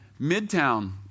Midtown